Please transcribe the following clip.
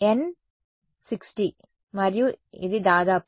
N 60 మరియు ఇది దాదాపు 0